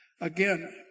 Again